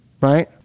right